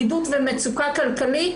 בדידות ומצוקה כלכלית